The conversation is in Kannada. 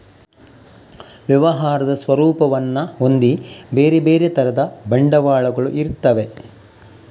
ವ್ಯವಹಾರದ ಸ್ವರೂಪವನ್ನ ಹೊಂದಿ ಬೇರೆ ಬೇರೆ ತರದ ಬಂಡವಾಳಗಳು ಇರ್ತವೆ